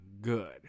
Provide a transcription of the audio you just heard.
good